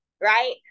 right